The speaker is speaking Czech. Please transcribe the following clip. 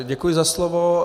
Děkuji za slovo.